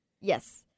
Yes